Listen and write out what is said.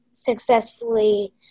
successfully